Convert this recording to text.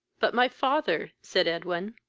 but my father! said edwin.